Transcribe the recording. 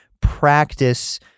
practice